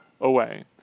away